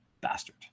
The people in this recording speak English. bastard